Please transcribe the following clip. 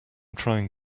trying